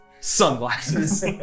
sunglasses